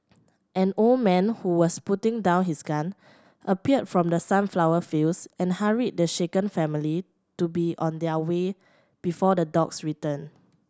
an old man who was putting down his gun appeared from the sunflower fields and hurried the shaken family to be on their way before the dogs return